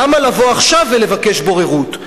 למה לבוא עכשיו ולבקש בוררות?